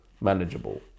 manageable